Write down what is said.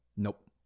Nope